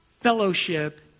fellowship